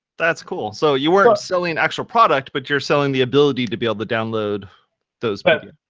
that's cool. so you weren't selling actual product, but you're selling the ability to be able to download those but